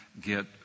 get